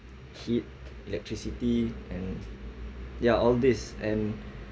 heat electricity and ya all this and